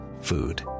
food